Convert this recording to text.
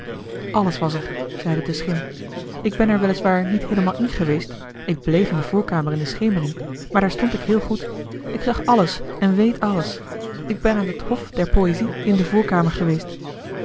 alles was er zeide de schim ik ben er wel is waar niet heelemaal in geweest ik bleef in de voorkamer in de schemering maar daar stond ik heel goed ik zag alles en weet alles ik ben aan het hof der poëzie in de voorkamer geweest